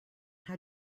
how